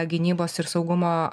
gynybos ir saugumo